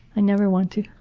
i never want to.